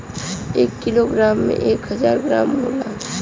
एक kilo gram में एक हजार ग्राम होला